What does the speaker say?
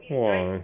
!wah!